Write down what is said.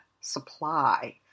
supply